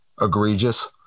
egregious